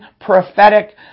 prophetic